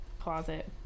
closet